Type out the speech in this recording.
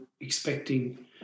expecting